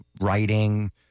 writing